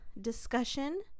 discussion